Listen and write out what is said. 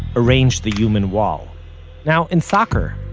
arranged the human wall now, in soccer,